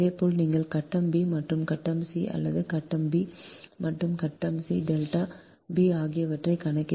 இதேபோல் நீங்கள் கட்டம் b மற்றும் கட்டம் c வலது கட்டம் b மற்றும் கட்டம் c டெல்டா b ஆகியவற்றைக் கணக்கிட்டால் b 360